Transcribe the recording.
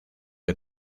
del